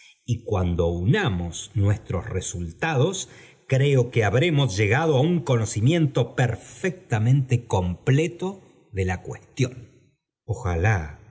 y cuando unamos nuestros resultados creo que habremos llegado é un conocimiento perfectamente completo ae la cuestión j ojalá